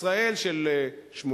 ישראל של 1988,